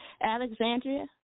Alexandria